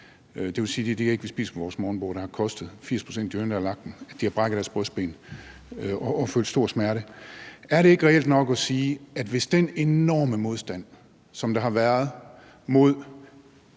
Det vil sige, at de æg, vi har på vores morgenbord, har haft den omkostning, at 80 pct. af de høner, der har lagt dem, har brækket deres brystben og følt stor smerte. Er det ikke reelt nok at sige, at hvis den enorme modstand, som der har været mod